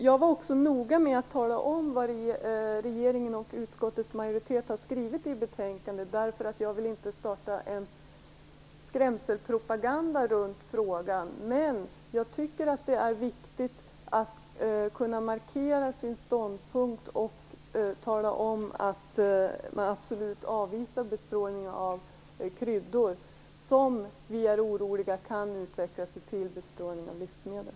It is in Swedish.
Jag var också noga med att tala om vad regeringen och utskottets majoritet har skrivit i betänkandet, därför att jag inte vill starta någon skrämselpropaganda runt frågan. Men jag tycker att det är viktigt att kunna markera sin ståndpunkt och tala om att man absolut avvisar bestrålning av kryddor. Vi är oroliga för att det kan utvidgas till bestrålning av livsmedel.